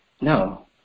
no